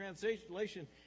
translation